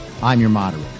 imyourmoderator